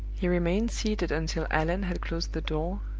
he remained seated until allan had closed the door,